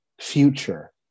future